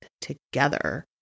together